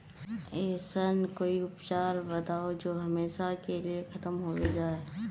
ऐसन कोई उपचार बताऊं जो हमेशा के लिए खत्म होबे जाए?